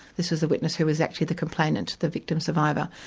this is the witness who was actually the complainant, the victim survivor.